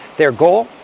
their goal?